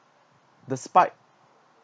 despite